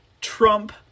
Trump